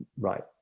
right